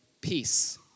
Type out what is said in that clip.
peace